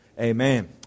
amen